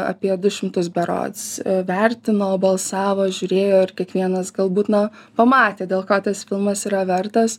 apie du šimtus berods vertino balsavo žiūrėjo ir kiekvienas galbūt na pamatė dėl ko tas filmas yra vertas